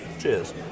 Cheers